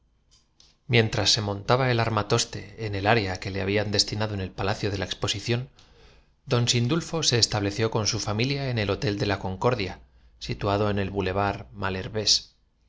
ientras se montaba el armatoste en el área que le habían destinado en el palacio de la exposi ción don sindulfo se estableció con su fami lia en el hotel de la concordia sito en el boulevard